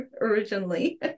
originally